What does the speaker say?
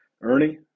Ernie